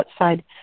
outside